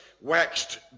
waxed